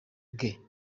bwe